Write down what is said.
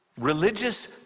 religious